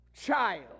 child